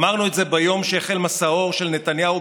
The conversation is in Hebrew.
אמרנו את זה ביום שהחל מסעו המטורף של נתניהו,